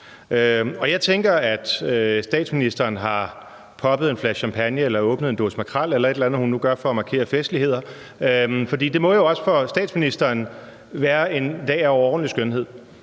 jeg tænker, at statsministeren har poppet en flaske champagne eller åbnet en dåse makrel eller et eller andet, hun nu gør for at markere festligheder, for det må jo også for statsministeren være en dag af overordentlig skønhed.